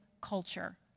culture